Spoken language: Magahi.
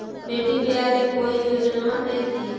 बेटी ब्याह ले कोई योजनमा हय की?